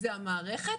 זאת המערכת,